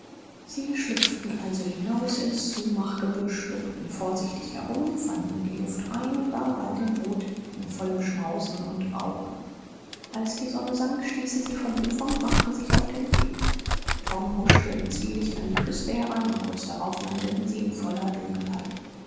sie schlüpften also hinaus ins sumachgebüsch lugten vorsichtig herum fanden die luft rein und waren bald im boot in vollem schmausen und rauchen als die sonne sank stießen sie vom ufer und machten sich auf den weg tom huschte im zwielicht an die küste heran und kurz darauf landeten sie in voller dunkelheit